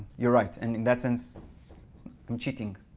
you're right. and in that sense i'm cheating.